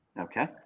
Okay